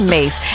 Mace